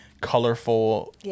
colorful